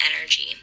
energy